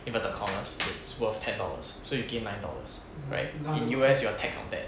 inverted commas it's worth ten dollars so you gain nine dollars right in U_S you tax on that